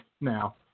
now